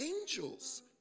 angels